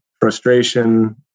frustration